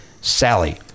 Sally